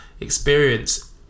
experience